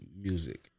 music